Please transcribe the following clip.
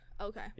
Okay